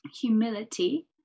humility